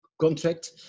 contract